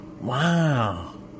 Wow